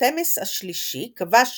תחותמס השלישי כבש